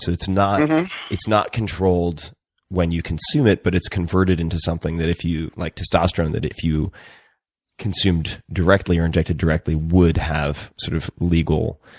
so it's not it's not controlled when you consume it, but it's converted into something, that if you, like testosterone, if you consumed directly or injected directly, would have sort of legal